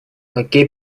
лакей